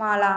Mala